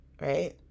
right